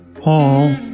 Paul